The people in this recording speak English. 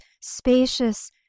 spacious